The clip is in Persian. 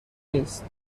نیست